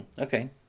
Okay